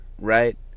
right